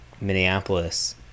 Minneapolis